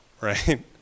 right